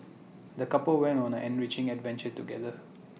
the couple went on an enriching adventure together